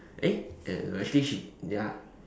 eh no actually she ya